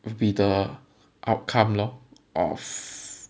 will be the outcome lor of